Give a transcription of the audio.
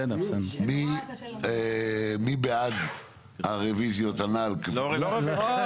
מי בעד הרביזיות הנ"ל --- לא רביזיות.